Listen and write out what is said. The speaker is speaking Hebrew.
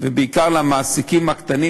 "האם אינך סבור שכל היסודות האלה מניחים בסיס